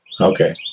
Okay